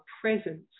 presence